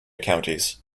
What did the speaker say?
counties